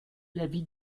l’avis